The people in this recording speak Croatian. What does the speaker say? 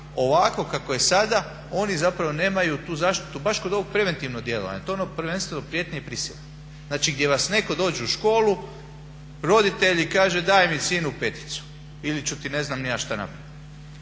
ovako kako je sada oni zapravo nemaju tu zaštitu baš kod ovog preventivnog djelovanja, to je ono prvenstveno prijetnje i prisile, znači gdje vas netko dođe u školu, roditelj i kaže daj mi sinu peticu ili ću ti ne znam ni ja šta napravit.